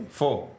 four